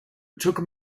took